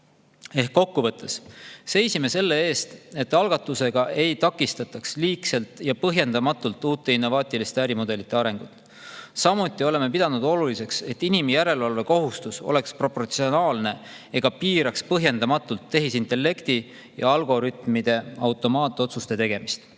Ehk kokkuvõttes seisime me selle eest, et algatusega ei takistataks liigselt ja põhjendamatult uute innovaatiliste ärimudelite arengut. Samuti oleme pidanud oluliseks, et inimjärelevalve kohustus oleks proportsionaalne ega piiraks põhjendamatult tehisintellekti ja algoritmide automaatotsuste tegemist. Teine